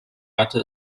ratte